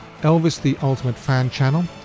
ElvisTheUltimateFanChannel